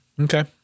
okay